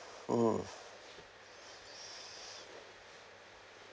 hmm